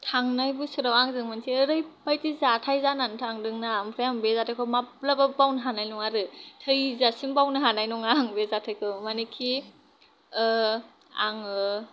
थांनाय बोसोराव आंजों मोनसे ओरैबायदि जाथाय जानानै थांदोंना ओमफ्राय आं बे जाथायखौ माब्लाबाबो बावनो हानाय नङा आरो थैजासिम बावनो हानाय नङा आं बे जाथायखौ मानिखि आङो